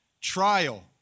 trial